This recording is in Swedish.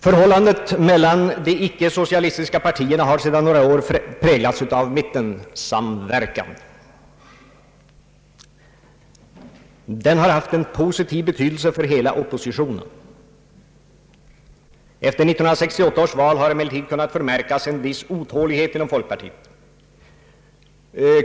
Förhållandet mellan de icke-socialistiska partierna har sedan några år präglats av mittensamverkan. Den har haft en positiv betydelse för hela oppositionen. Efter 1968 års val har emellertid kunnat förmärkas en viss otålighet inom folkpartiet.